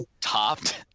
topped